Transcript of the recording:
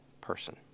person